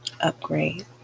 upgrade